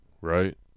right